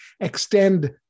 extend